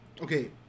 okay